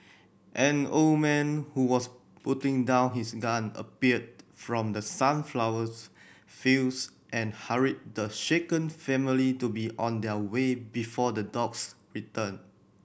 an old man who was putting down his gun appeared from the sunflowers fields and hurried the shaken family to be on their way before the dogs return